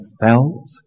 felt